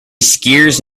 skiers